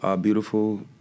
Beautiful